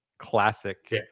classic